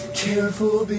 careful